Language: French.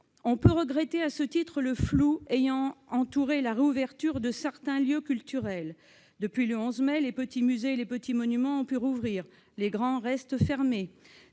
on peut regretter le flou ayant entouré la réouverture de certains lieux culturels. Depuis le 11 mai dernier, les « petits » musées et les « petits » monuments ont pu rouvrir ; les grands restent fermés.